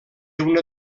una